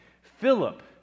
Philip